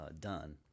done